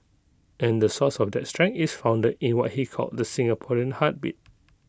and the source of that strength is founded in what he called the Singaporean heartbeat